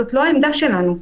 זאת לא העמדה שלנו.